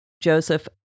Joseph